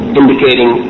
indicating